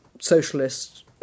socialists